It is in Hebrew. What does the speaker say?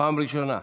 פעם ראשונה.